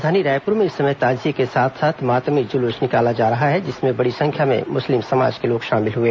राजधानी रायपुर में इस समय ताजिए के साथ साथ मातमी जुलूस निकाला जा रहा है जिसमें बड़ी संख्या में मुस्लिम समाज के लोग शामिल हुए